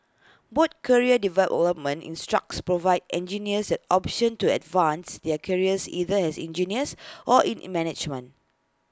both career development structures provide engineers at option to advance their careers either as engineers or in management